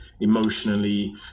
emotionally